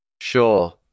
Sure